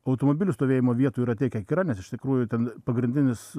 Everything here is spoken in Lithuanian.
automobilių stovėjimo vietų yra tiek kiek yra nes iš tikrųjų ten pagrindinis